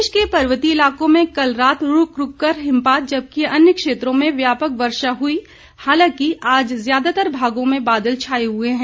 प्रदेश के पर्वतीय इलाकों में कल रात रूक रूक कर हिमपात जबकि अन्य क्षेत्रों में व्यापक वर्षा हुई हालांकि आज ज्यादातर भागों में बादल छाये हुये हैं